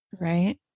right